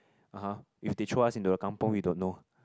(uh huh) if they throw us into a kampung we don't know